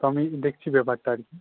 তো আমি দেখছি ব্যাপারটা আর কি